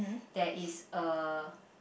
there is a